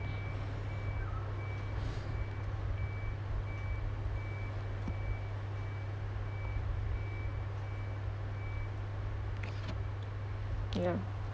ya